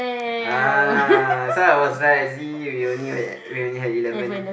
ah so I was right see we only had we only had eleven